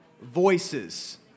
Voices